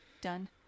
done